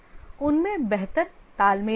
उनमें बेहतर तालमेल होता है